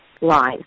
line